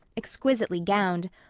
exquisitely gowned,